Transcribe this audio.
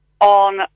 on